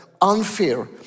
unfair